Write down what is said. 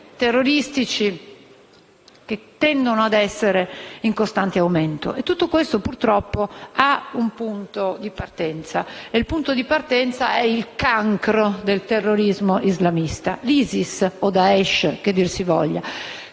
terroristici, che tendono ad essere in costante aumento. Tutto questo purtroppo ha un punto di partenza: il cancro del terrorismo islamista, l'ISIS, o Daesh che dir si voglia,